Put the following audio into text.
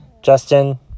Justin